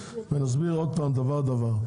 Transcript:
ונסביר עוד פעם דבר דבר.